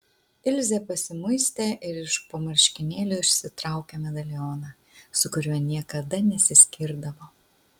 ilzė pasimuistė ir iš po marškinėlių išsitraukė medalioną su kuriuo niekada nesiskirdavo